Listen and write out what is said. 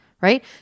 right